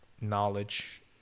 knowledge